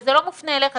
וזה לא מופנה אליך,